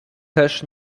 też